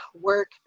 work